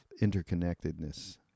interconnectedness